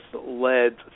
led